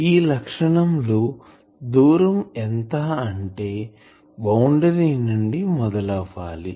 ఈ లక్షణం లో దూరం ఎంత అంటే బౌండరీ నుండి మొదలు అవ్వాలి